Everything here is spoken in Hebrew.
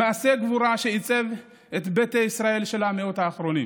מעשה הגבורה שעיצב את ביתא ישראל של המאות האחרונות.